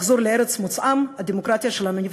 לחזור לארץ מוצאם, הדמוקרטיה שלנו נפגעת.